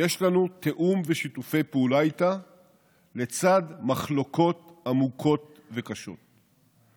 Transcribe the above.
יש לנו תיאום ושיתופי פעולה איתה לצד מחלוקות עמוקות וקשות.